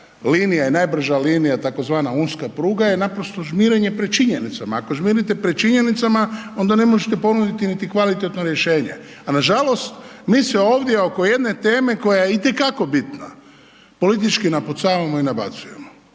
linija i najbrža linija tzv. Unska pruga je naprosto žmirenje pred činjenicama, ako žmirite pred činjenicama, onda ne možete ponuditi niti kvalitetno rješenje, a nažalost mi se ovdje oko jedne teme koja je itekako bitna, politički napucavamo i nabacujemo.